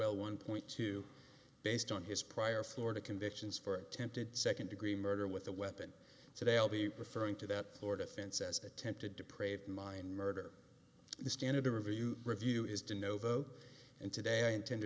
l one point two based on his prior florida convictions for attempted second degree murder with a weapon today i'll be referring to that florida fence as attempted to prate mind murder the standard to review review is to know vote and today i intend to